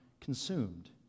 consumed